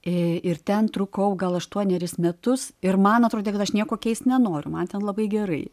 ir ten trukau gal aštuonerius metus ir man atrodė kad aš nieko keist nenoriu man ten labai gerai